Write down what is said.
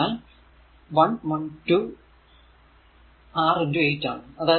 അതിനാൽ 1 1 2 R 8 ആണ്